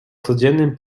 codziennym